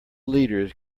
leaders